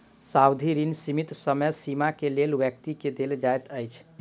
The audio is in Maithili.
सावधि ऋण सीमित समय सीमा के लेल व्यक्ति के देल जाइत अछि